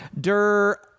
Der –